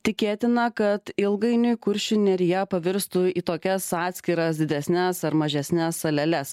tikėtina kad ilgainiui kuršių nerija pavirstų į tokias atskiras didesnes ar mažesnes saleles